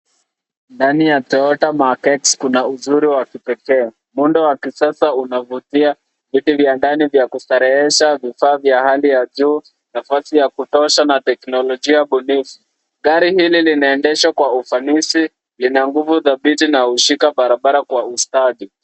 Ndani ya Toyota mark X kuna uzuri wa kipekee. Muundo wa kisasa unavutia. Viti vya ndani vya kustarehesha, vifaa vya hali ya juu, nafasi ya kutosha na teknolojia bunifu. Gari hili linaendeshwa kwa ufanisi ,ina nguvu dhabiti na hushika barabara kwa ustadi.